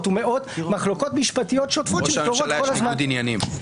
או במאות מחלוקות משפטיות שוטפות -- לראש הממשלה יש ניגוד עניינים.